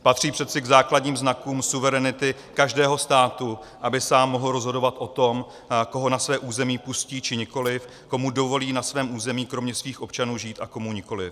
Patří přece k základním znakům suverenity každého státu, aby sám mohl rozhodovat o tom, koho na své území pustí, či nikoliv, komu dovolí na svém území kromě svých občanů žít a komu nikoliv.